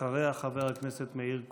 ואחריה, חבר הכנסת מאיר כהן,